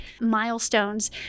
milestones